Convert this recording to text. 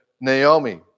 Naomi